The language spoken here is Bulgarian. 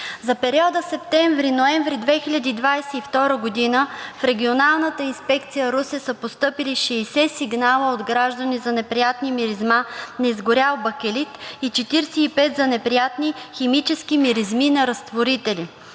За периода септември-ноември 2022 г. в Регионалната инспекция – Русе, са постъпили 60 сигнала от граждани за неприятна миризма на изгорял бакелит и 45 за неприятни химически миризми на разтворители.